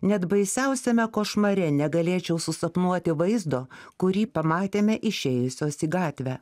net baisiausiame košmare negalėčiau susapnuoti vaizdo kurį pamatėme išėjusios į gatvę